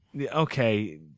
okay